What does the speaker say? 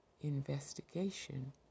investigation